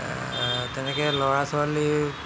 তেনেকৈ ল'ৰা ছোৱালী